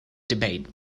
debate